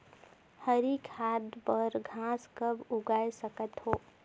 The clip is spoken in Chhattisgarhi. हरी खाद बर घास कब उगाय सकत हो?